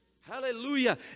Hallelujah